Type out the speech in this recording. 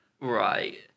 Right